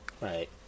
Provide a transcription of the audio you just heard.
Right